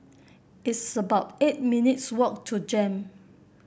it's about eight minutes' walk to JEM